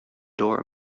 door